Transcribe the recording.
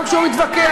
גם כשהוא מתווכח.